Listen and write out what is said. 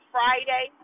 Friday